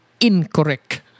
incorrect